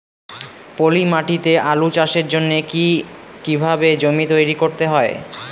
পলি মাটি তে আলু চাষের জন্যে কি কিভাবে জমি তৈরি করতে হয়?